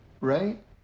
right